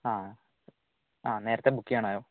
ആ ആ നേരത്തെ ബുക്ക് ചെയ്യാനാണോ